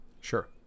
Sure